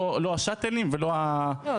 לא השאטלים ולא --- לא,